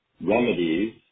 remedies